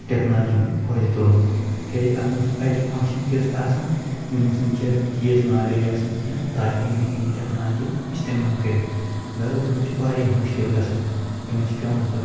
تتھ ٹؠکنالجی ہُنٛد فٲیدٕ تُلُن کیازِ اتھ منٛز چھِ اَجہِ فنٛگشن تیٚس آسن یِمن چھٕ نہٕ بِچارؠن تیٖژ نالیٚج آسَن کینٛہہ تاکہِ یِم ہؠکن یہٕ ٹٮ۪کنالجی اِستعمال کٔرِتھ غَرٕض یِمَن چھِ واریاہ مُشکِل گژھان یِمَن چھِ پؠوان پتہٕ